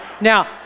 Now